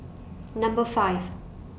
Number five